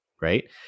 right